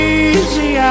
easy